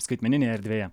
skaitmeninėje erdvėje